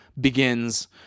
begins